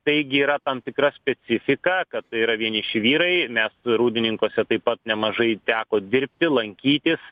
taigi yra tam tikra specifika kad tai yra vieniši vyrai mes rūdininkuose taip pat nemažai teko dirbti lankytis